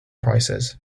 prices